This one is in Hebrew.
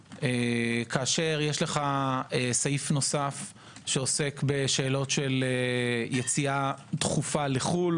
כאשר יש לך סעיף נוסף שעוסק בשאלות של יציאה דחופה לחו"ל,